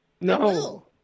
No